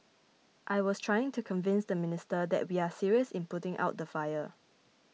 I was trying to convince the minister that we are serious in putting out the fire